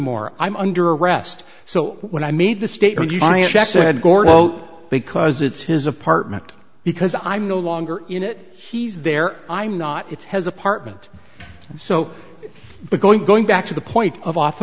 more i'm under arrest so when i made the statement because it's his apartment because i'm no longer in it he's there i'm not it's has apartment so the going going back to the point of author